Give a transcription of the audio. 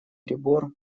прибор